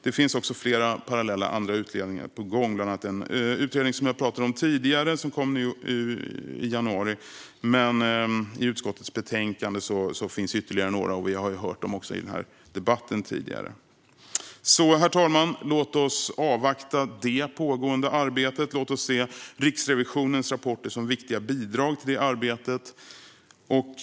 Det finns också flera parallella utredningar på gång, bland annat den utredning som jag har pratat om tidigare som kom nu i januari. I utskottets betänkande nämns ytterligare några. Vi har också hört talas om dem tidigare i debatten. Herr talman! Låt oss avvakta det pågående arbetet. Låt oss se Riksrevisionens rapporter som viktiga bidrag till det arbetet.